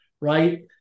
Right